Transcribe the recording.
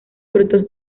frutos